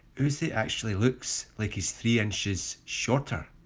uzi actually looks like he's three inches shorter.